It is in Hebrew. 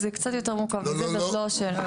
אז זה קצת יותר מורכב מזה, זאת לא השאלה.